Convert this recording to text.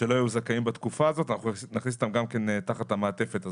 שלא היו זכאים בתקופה האמורה ייכנסו תחת המעטפת הזאת.